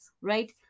Right